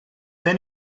then